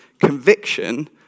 conviction